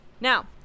Now